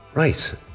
Right